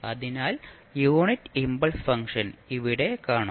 അതിനാൽ unit impulse function ഇവിടെ കാണും